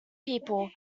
people